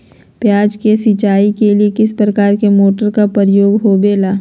प्याज के सिंचाई के लिए किस प्रकार के मोटर का प्रयोग होवेला?